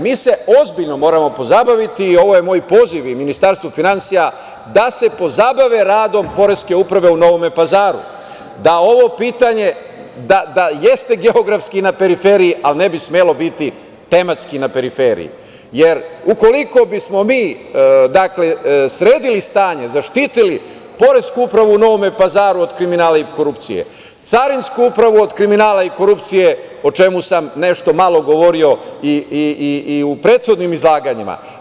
Mi se ozbiljno moramo pozabaviti i ovo je moj poziv i Ministarstvu finansija, da se pozabave radom poreske uprave u Novome Pazaru, da ovo pitanje jeste geografski na periferiji, ali ne bi smelo biti tematski na periferiji, jer u koliko bi smo mi sredili stanje, zaštitili poresku upravu u Novome Pazaru od kriminala i korupcije, carinsku upravu od kriminala i korupcije, o čemu sam nešto malo govorio i u prethodnim izlaganjima.